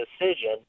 decision